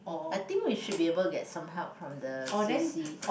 I think we should be able get some help from the c_c